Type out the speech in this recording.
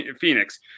Phoenix